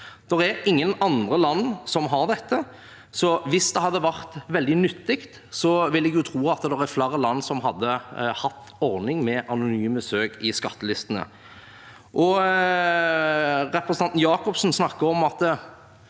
Det er ingen andre land som har dette. Hvis det hadde vært veldig nyttig, vil jeg tro flere land hadde hatt en ordning med anonyme søk i skattelistene. Representanten Benjamin Jakobsen snakker om at